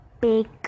big